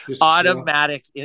automatic